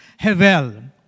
hevel